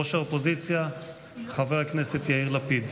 ראש האופוזיציה חבר הכנסת יאיר לפיד,